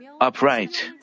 upright